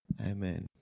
amen